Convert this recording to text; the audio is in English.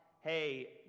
Hey